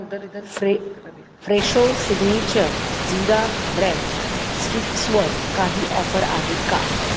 फ्रे Fresho signature jeera bread स्टिक्सवर काही ऑफर आहे का